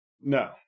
No